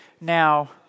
Now